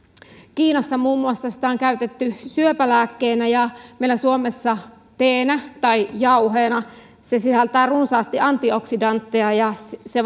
muun muassa kiinassa sitä on käytetty syöpälääkkeenä ja meillä suomessa teenä tai jauheena se sisältää runsaasti antioksidantteja ja se